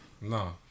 No